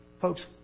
Folks